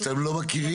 שאתם לא מכירים?